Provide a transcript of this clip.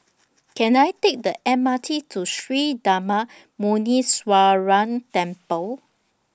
Can I Take The M R T to Sri Darma Muneeswaran Temple